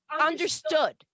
understood